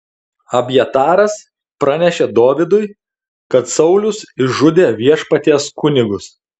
abjataras pranešė dovydui kad saulius išžudė viešpaties kunigus